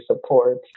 support